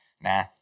Nah